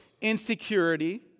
insecurity